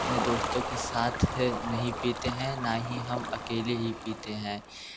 अपने दोस्तों के साथ भी नहीं पीते हैं ना ही हम अकेले ही पीते हैं